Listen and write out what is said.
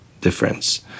difference